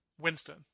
Winston